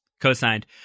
co-signed